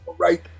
Right